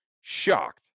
shocked